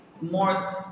More